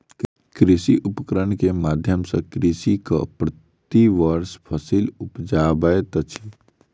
कृषि उपकरण के माध्यम सॅ कृषक प्रति वर्ष फसिल उपजाबैत अछि